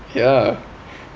ya